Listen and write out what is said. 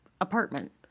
apartment